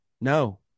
no